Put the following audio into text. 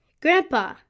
Grandpa